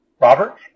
Robert